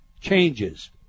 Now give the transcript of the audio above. changes